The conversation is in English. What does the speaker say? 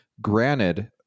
Granted